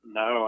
no